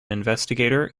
investigator